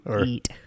eat